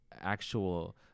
actual